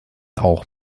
auch